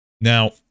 Now